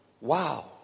Wow